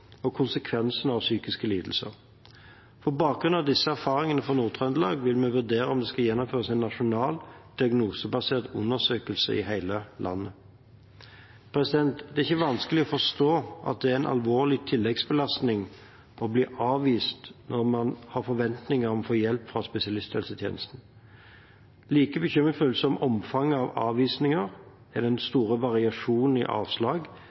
og konsekvenser av psykiske lidelser. På bakgrunn av disse erfaringene fra Nord-Trøndelag vil vi vurdere om det skal gjennomføres en nasjonal diagnosebasert undersøkelse i hele landet. Det er ikke vanskelig å forstå at det er en alvorlig tilleggsbelastning å bli avvist når man har forventninger om å få hjelp fra spesialisthelsetjenesten. Like bekymringsfullt som omfanget av avvisninger er den store variasjonen i avslag